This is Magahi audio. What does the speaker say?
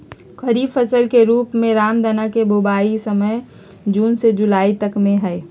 खरीफ फसल के रूप में रामदनवा के बुवाई के समय जून से जुलाई तक में हई